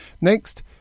Next